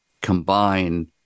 combine